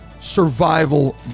survival